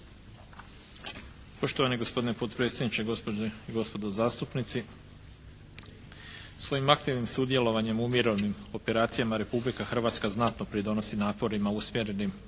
Poštovani gospodine potpredsjedniče, gospođe i gospodo zastupnici. Svojim aktivnim sudjelovanjem u mirovnim operacijama Republika Hrvatska znatno pridonosi naporima usmjerenim